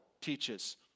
teaches